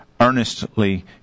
earnestly